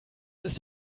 ist